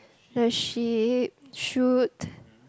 does she~ shoot